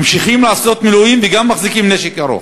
ממשיכים לעשות מילואים וגם מחזיקים נשק ארוך.